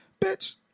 Bitch